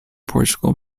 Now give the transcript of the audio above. portugal